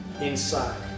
inside